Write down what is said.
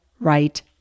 right